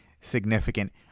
significant